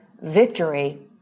Victory